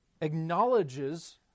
acknowledges